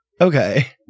Okay